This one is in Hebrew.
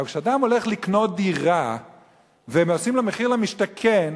אבל כשאדם הולך לקנות דירה ועושים לו מחיר למשתכן,